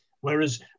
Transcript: Whereas